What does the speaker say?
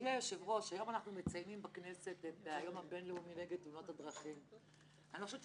העלה בדעתו לקצץ בתמיכה לתיאטרון הקאמרי בגלל שהוא הציג